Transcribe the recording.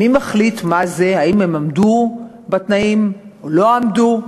מי שמחליט אם הן עמדו בתנאים או לא עמדו,